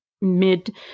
mid